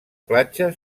platja